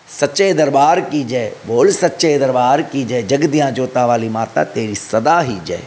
सचे दरबारु की जय बोल सचे दरबारु की जय जगदियां जोतां वाली माता तेरी सदा ही जय